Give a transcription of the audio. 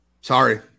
Sorry